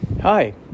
Hi